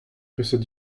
peseurt